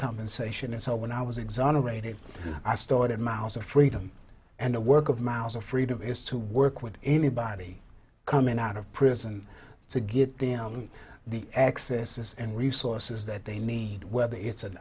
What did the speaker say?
and sation and so when i was exonerated i started miles of freedom and the work of miles of freedom is to work with anybody coming out of prison to get them the access and resources that they need whether it's an